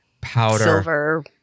powder